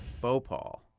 bhopal.